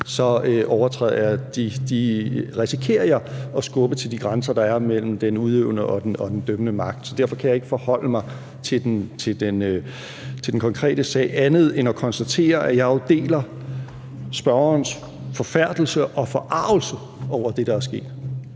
for ellers risikerer jeg at skubbe til de grænser, der er, mellem den udøvende og den dømmende magt. Så derfor kan jeg ikke forholde mig til den konkrete sag, andet end ved at konstatere, at jeg jo deler spørgerens forfærdelse og forargelse over det, der er sket.